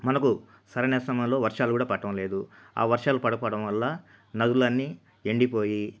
మనకు సరైన సమయంలో వర్షాలు కూడా పడటం లేదు ఆ వర్షాలు పడకపోవడం వల్ల నదులన్నీ ఎండిపోయి